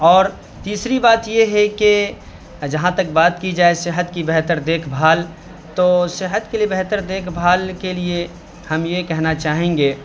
اور تیسری بات یہ ہے کہ جہاں تک بات کی جائے صحت کی بہتر دیکھ بھال تو صحت کے لیے بہتر دیکھ بھال کے لیے ہم یہ کہنا چاہیں گے